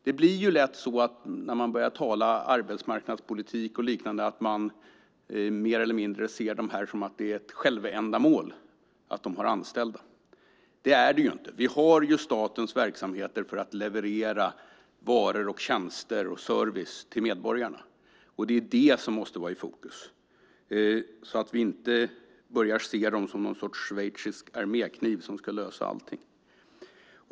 Det blir lätt så när man börjar tala arbetsmarknadspolitik och liknande att man mer eller mindre ser det som ett självändamål att de har anställda. Det är det inte. Vi har statens verksamheter för att leverera varor, tjänster och service till medborgarna. Det är det som måste vara i fokus, så vi inte börjar se dem som någon sorts schweizisk armékniv som ska lösa allting.